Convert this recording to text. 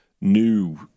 new